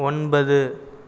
ஒன்பது